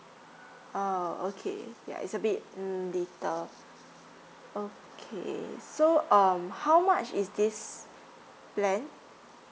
oh okay yeah it's a bit mm little okay so um how much is this plan